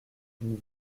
une